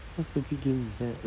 what stupid game is that